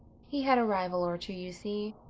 he had a rival or two, you see.